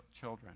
children